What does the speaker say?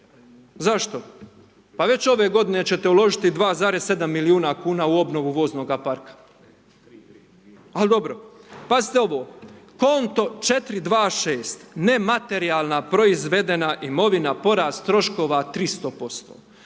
Zašto? Pa već ove godine ćete uložiti 2,7 milijuna kuna u obnovu voznog parka, ali dobro. Pazite ovo, konto 426 nematerijalna proizvedena imovina, porast troškova 300%.